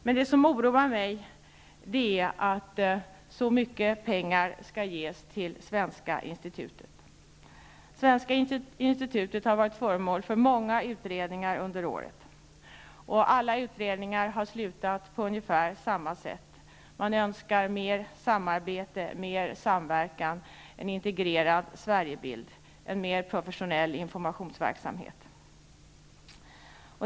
Men det som oroar mig är att så mycket pengar skall ges till Svenska institutet. Svenska institutet har varit föremål för många utredningar under åren. Och alla utredningar har slutat på ungefär samma sätt, nämligen att man önskar mer samarbete, mer samverkan, en integrerad Sverigebild och en mer professionell informationsverksamhet.